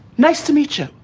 nice to meet you.